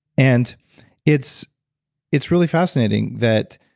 and it's it's really fascinating that,